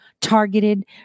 Targeted